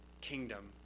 kingdom